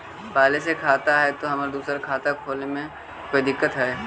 पहले से खाता है तो दूसरा खाता खोले में कोई दिक्कत है?